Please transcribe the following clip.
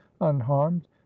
unharmed